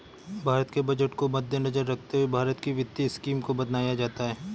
भारत के बजट को मद्देनजर रखते हुए भारत की वित्तीय स्कीम को बनाया जाता है